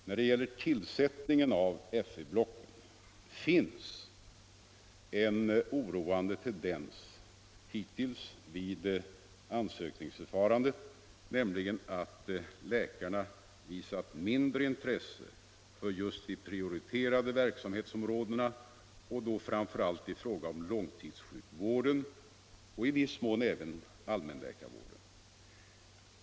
När det gäller tillsättningen av FV-blocken finns en oroande tendens hittills vid ansökningsförfarandet, nämligen att läkarna visat mindre intresse för just de prioriterade verksamhetsområdena, och då framför allt i fråga om långtidssjukvården och i viss mån även allmänläkarvården.